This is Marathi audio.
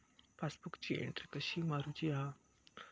पासबुकाची एन्ट्री कशी मारुची हा?